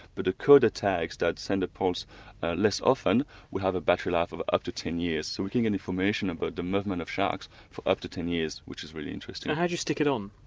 but a coder tag that sends a pulse less often will have a battery life of up to ten years. so we can get information about ah the movement of sharks for up to ten years, which is really interesting. and how do you stick it on?